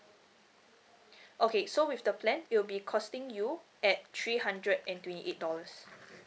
okay so with the plan it'll be costing you at three hundred and twenty eight dollars